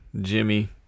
Jimmy